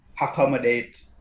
accommodate